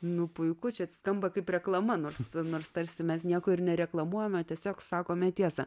nu puiku čia skamba kaip reklama nors nors tarsi mes nieko ir nereklamuojame tiesiog sakome tiesą